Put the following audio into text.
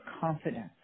confidence